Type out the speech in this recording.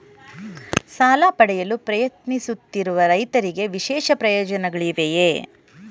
ಸಾಲ ಪಡೆಯಲು ಪ್ರಯತ್ನಿಸುತ್ತಿರುವ ರೈತರಿಗೆ ವಿಶೇಷ ಪ್ರಯೋಜನಗಳಿವೆಯೇ?